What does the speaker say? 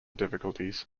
difficulties